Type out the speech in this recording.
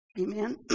Amen